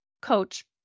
coach